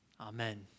Amen